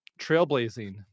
trailblazing